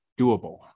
doable